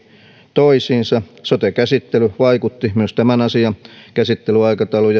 toisiinsa sote käsittely vaikutti myös tämän asian käsittelyaikatauluun